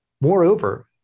Moreover